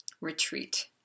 Retreat